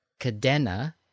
Cadena